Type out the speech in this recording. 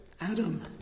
Adam